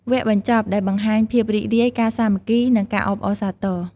វគ្គបញ្ចប់ដែលបង្ហាញភាពរីករាយ ការសាមគ្គី និងការអបអរសាទរ។